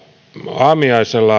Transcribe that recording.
aamiaiselle